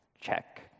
check